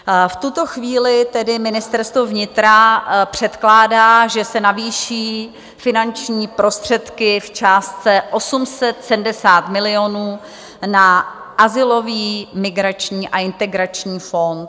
V tuto chvíli tedy Ministerstvo vnitra předkládá, že se navýší finanční prostředky v částce 870 milionů na Azylový, migrační a integrační fond.